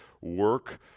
work